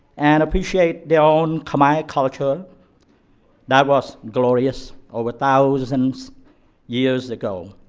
and appreciate their own khmer culture that was glorious over thousands years ago.